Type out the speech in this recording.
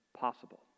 possible